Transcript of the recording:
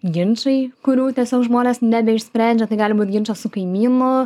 ginčai kurių tiesiog žmonės nebeišsprendžia tai gali būt ginčas su kaimynu